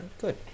good